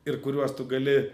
ir kuriuos tu gali